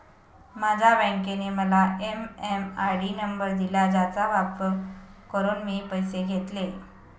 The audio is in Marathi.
माझ्या बँकेने मला एम.एम.आय.डी नंबर दिला ज्याचा वापर करून मी पैसे घेतले